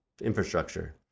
infrastructure